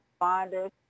responders